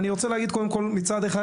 אני רוצה להגיד מצד אחד,